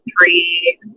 three